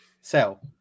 Sell